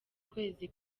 kwezi